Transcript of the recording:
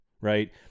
Right